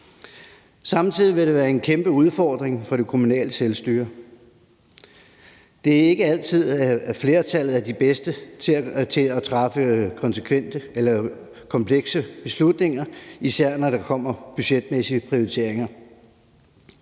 Samtidig vil det være en kæmpe udfordring for det kommunale selvstyre. Det er ikke altid, at flertallet er de bedste til at træffe komplekse beslutninger, især når det kommer til budgetmæssige prioriteringer.